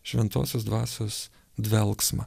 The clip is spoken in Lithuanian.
šventosios dvasios dvelksmą